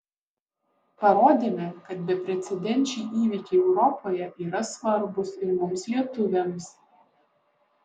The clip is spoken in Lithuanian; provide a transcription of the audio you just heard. parodėme kad beprecedenčiai įvykiai europoje yra svarbūs ir mums lietuviams